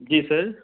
جی سر